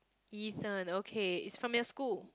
Ethan okay is from your school